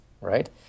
right